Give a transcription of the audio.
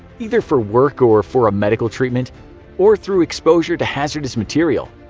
either for work or for a medical treatment or through exposure to hazardous material?